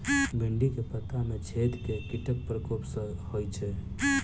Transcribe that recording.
भिन्डी केँ पत्ता मे छेद केँ कीटक प्रकोप सऽ होइ छै?